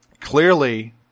Clearly